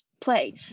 play